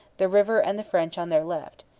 the river and the french on their left,